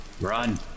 Run